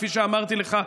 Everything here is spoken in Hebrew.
כפי שאמרתי לך,